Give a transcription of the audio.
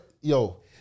Yo